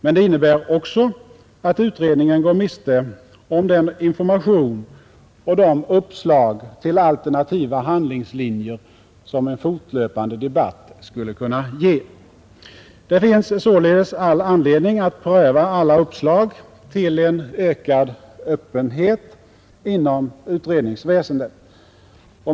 Men det innebär också att utredningen går miste om den information och de uppslag till alternativa handlingslinjer som en fortlöpande debatt skulle kunna ge. Det finns således all anledning att pröva alla uppslag till en ökad öppenhet inom utredningsväsendet.